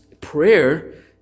prayer